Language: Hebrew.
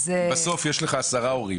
בסוף יש לך עשרה הורים.